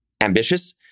ambitious